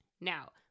Now